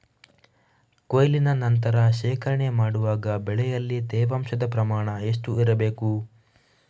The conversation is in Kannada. ಕೊಯ್ಲಿನ ನಂತರ ಶೇಖರಣೆ ಮಾಡುವಾಗ ಬೆಳೆಯಲ್ಲಿ ತೇವಾಂಶದ ಪ್ರಮಾಣ ಎಷ್ಟು ಇರಬೇಕು?